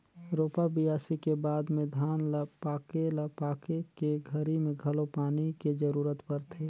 रोपा, बियासी के बाद में धान ल पाके ल पाके के घरी मे घलो पानी के जरूरत परथे